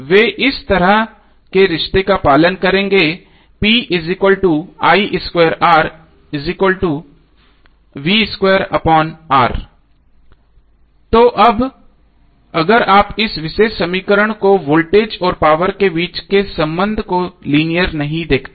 वे इस तरह के रिश्ते का पालन करेंगे तो अब अगर आप इस विशेष समीकरण को वोल्टेज और पावर के बीच संबंध को लीनियर नहीं देखते हैं